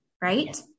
right